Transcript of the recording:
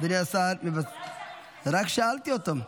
אדוני השר, רק שאלתי אותו.